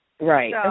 Right